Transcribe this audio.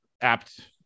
apt